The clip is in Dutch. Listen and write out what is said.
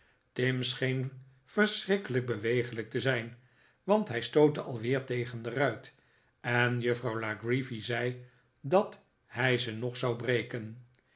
tim scheen verschrikkelijk beweeglijk te zijn want hij stootte alweer tegen die ruit en juffrouw la creevy zei dat hij ze nog zou brekeh